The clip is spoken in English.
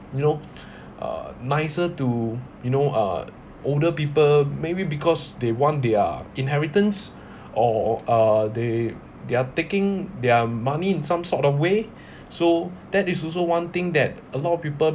you know uh nicer to you know uh older people maybe because they want their inheritance or or uh they they're taking their money in some sort of way so that is also one thing that a lot of people